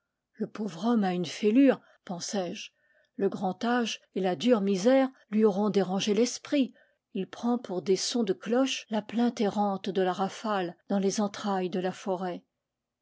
le pauvre homme a une fêlure pensai-je le grand âge et la dure misère lui auront dérangé l'esprit il prend pour des sons de cloches la plainte errante de la rafale dans les entrailles de la forêt